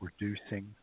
reducing